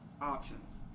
options